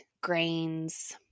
grains